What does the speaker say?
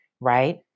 Right